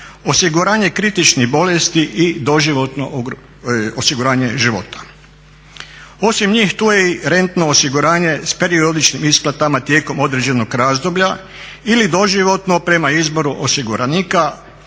osiguranje kritičnih bolesti i doživotno osiguranje života. Osim njih tu je i rentno osiguranje s periodičnim isplatama tijekom određenog razdoblja ili doživotno prema izboru osiguranika